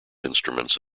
instruments